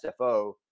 SFO